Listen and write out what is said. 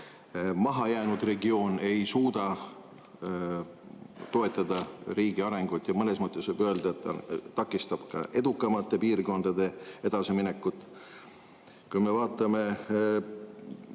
Mahajäänud regioon ei suuda toetada riigi arengut ja mõnes mõttes võib öelda, et ta takistab ka edukamate piirkondade edasiminekut. Kui me vaatame